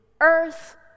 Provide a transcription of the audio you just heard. earth